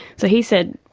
so he said,